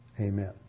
Amen